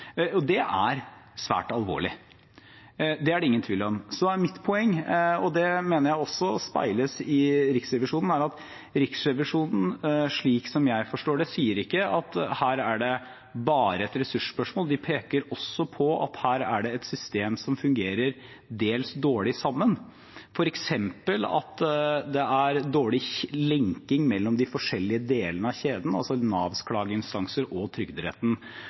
Det er svært alvorlig. Det er det ingen tvil om. Mitt poeng, og det mener jeg også speiles i Riksrevisjonens rapport, er at Riksrevisjonen ikke, slik jeg forstår det, sier at dette bare er et ressursspørsmål. De peker også på at her er det systemer som fungerer til dels dårlig sammen, f.eks. at det er dårlig linking mellom de forskjellige delene av kjeden, altså Navs klageinstanser og Trygderetten.